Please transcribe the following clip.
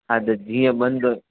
हा त जीअं बंदि